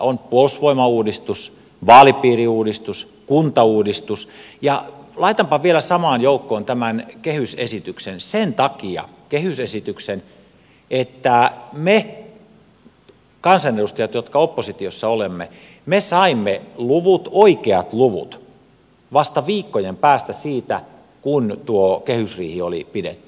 on puolustusvoimauudistus vaalipiiriuudistus kuntauudistus ja laitanpa vielä samaan joukkoon tämän kehysesityksen sen takia kehysesityksen että me kansanedustajat jotka oppositiossa olemme saimme oikeat luvut vasta viikkojen päästä siitä kun tuo kehysriihi oli pidetty